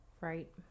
right